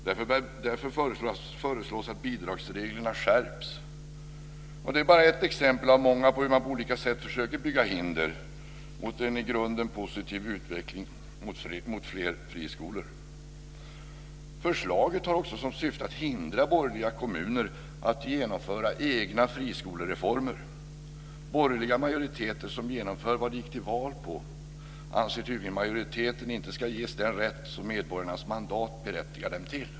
Därför föreslås att bidragsreglerna skärps. Det är bara ett exempel av många på hur man på olika sätt försöker bygga hinder mot en i grunden positiv utveckling mot fler friskolor. Förslaget har också som syfte att hindra borgerliga kommuner att genomföra egna friskolereformer. Borgerliga majoriteter som genomför det de gick till val på anser majoriteten tydligen inte ska ges den rätt som medborgarnas mandat berättigar dem till.